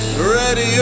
Ready